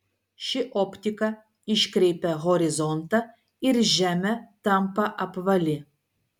ši optika iškreipia horizontą ir žemė tampa apvali